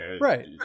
right